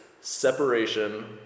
separation